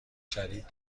شدید